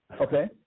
Okay